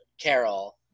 Carol